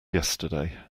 yesterday